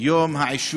את יום העישון,